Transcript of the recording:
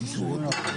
זכותך לדעתך,